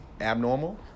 abnormal